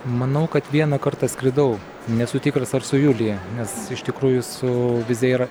manau kad vieną kartą skridau nesu tikras ar su julija nes iš tikrųjų su vizeir